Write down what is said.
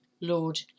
Lord